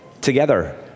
Together